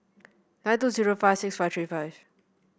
nine two zero five six five three five